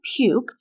puked